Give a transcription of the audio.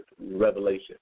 revelation